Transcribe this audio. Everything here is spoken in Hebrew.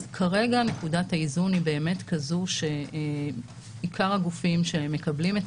כרגע נקודת האיזון היא שעיקר הגופים שמקבלים את